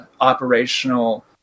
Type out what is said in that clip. operational